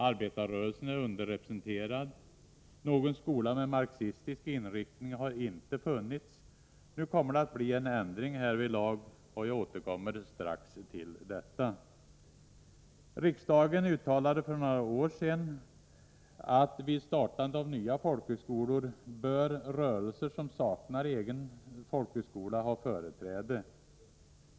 Arbetarrörelsen är underrepresenterad, och någon skola med marxistisk inriktning har inte funnits. Nu kommer det att bli en ändring därvidlag, och jag återkommer strax till detta. Riksdagen uttalade för några år sedan att vid startandet av nya folkhögskolor rörelser som saknade egen folkhögskola borde ha företräde.